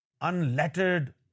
unlettered